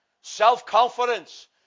Self-confidence